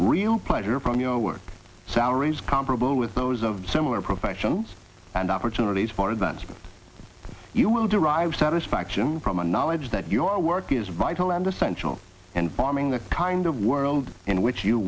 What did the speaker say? real pleasure from your work salaries comparable with those of similar professionals and opportunities for advancement you will derive satisfaction from a knowledge that your work is vital and essential and bombing the kind of world in which you